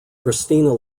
christina